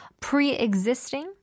Pre-existing